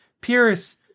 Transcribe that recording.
Pierce